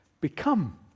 become